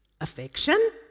affection